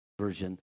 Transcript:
version